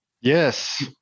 yes